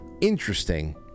interesting